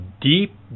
deep